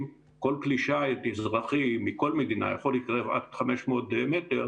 כל כלי שיט אזרחי מכל מדינה יכול להתקרב עד 500 מטר,